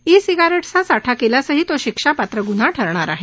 E सिंगारेट्सचा साठा केल्यासही तो शिक्षापात्र ग्न्हा ठरणार आहे